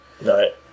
Right